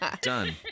Done